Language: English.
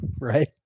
right